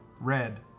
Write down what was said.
red